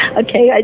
okay